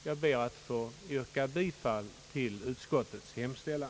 Jag ber att få yrka bifall till utskottets hemställan.